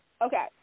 Okay